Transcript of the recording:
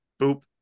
Boop